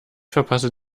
verpasse